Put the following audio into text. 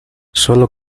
sólo